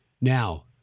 Now